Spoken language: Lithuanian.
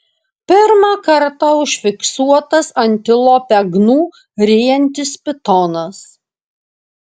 pirmą kartą užfiksuotas antilopę gnu ryjantis pitonas